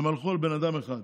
הם הלכו על בן אדם אחד.